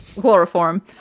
Chloroform